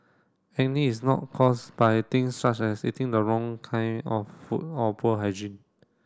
acne is not caused by things such as eating the wrong kind of food or poor hygiene